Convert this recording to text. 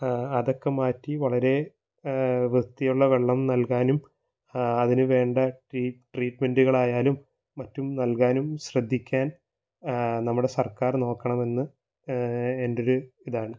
അതൊക്കെ മാറ്റി വളരേ വൃത്തിയുള്ള വെള്ളം നല്കാനും അതിന് വേണ്ട ട്രീറ്റ്മെന്റുകളായാലും മറ്റും നല്കാനും ശ്രദ്ധിക്കാന് നമ്മുടെ സര്ക്കാര് നോക്കണമെന്ന് എന്റൊരു ഇതാണ്